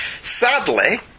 sadly